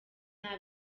nta